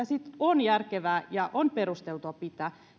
sitten on järkevää ja perusteltua pitää